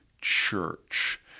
church